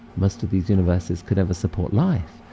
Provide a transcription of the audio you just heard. most of these universes could never support life,